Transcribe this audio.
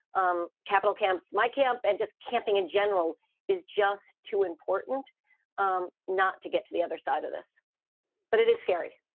um capital camps. my camp. and just camping in general is just too important um not to get to the other side of this but it is scary.